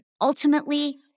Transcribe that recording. ultimately